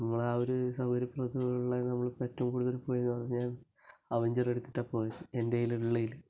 നമ്മൾ ആ ഒരു സൗകര്യം പ്രദമുള്ള നമ്മൾ ഇപ്പം ഏറ്റവും കൂടുതൽ പോയതെന്ന് പറഞ്ഞാൽ അവഞ്ചറെടുത്തിട്ടാണ് പോയത് എൻ്റെലുള്ളേല്